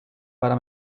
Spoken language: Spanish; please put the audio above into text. para